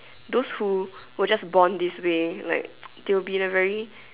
those who were just born this way like they would be in a very